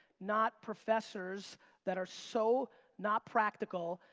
not professors that are so not practical,